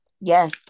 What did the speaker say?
yes